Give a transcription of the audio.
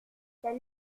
c’est